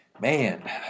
Man